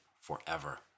forever